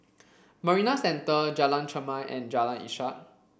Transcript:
Marina Centre Jalan Chermai and Jalan Ishak